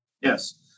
Yes